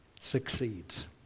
succeeds